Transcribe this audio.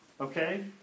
Okay